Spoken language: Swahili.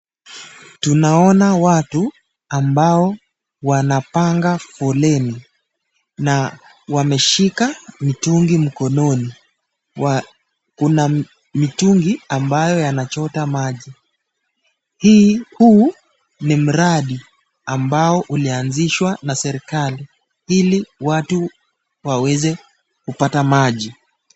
Tunaona watu ambao wanapanga foleni na wameshika mitungi mkononi, kuna mitungi ambayo yanachota maji, huu ni mradi ambao ulianzishwa na serikali ili watu waweze kupata maji.